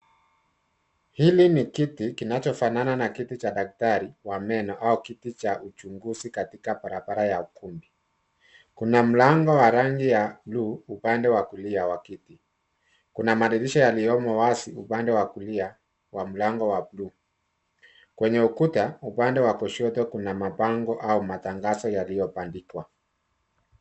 Hili ni kiti kinachofanana na kiti cha daktari wa meno au kiti cha uchunguzi katika barabara ya ukumbi. Kuna mlango wa rangi ya buluu upande wa kulia wa kiti. Kuna madirisha yaliyomo wazi upande wa kulia wa mlango wa buluu. Kwenye ukuta upande wa kushoto kuna mabango au matangazo yaliyobandikwa.